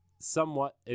somewhat